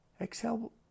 exhale